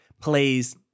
plays